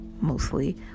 mostly